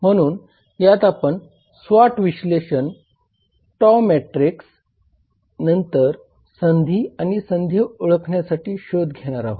म्हणून यात आपण स्वॉट विश्लेषण टॉव मॅट्रिक्स नंतर संधी आणि संधी ओळखण्यासाठी शोध घेणार आहोत